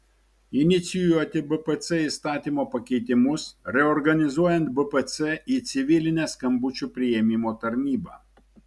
inicijuoti bpc įstatymo pakeitimus reorganizuojant bpc į civilinę skambučių priėmimo tarnybą